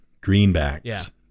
Greenbacks